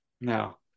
No